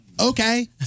Okay